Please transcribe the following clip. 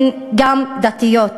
הן גם דתיות.